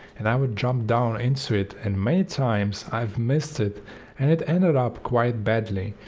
and i would jump down into it and many times i've missed it and it ended up quite badly.